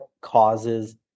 causes